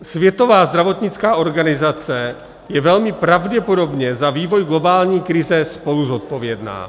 Světová zdravotnická organizace je velmi pravděpodobně za vývoj globální krize spoluzodpovědná.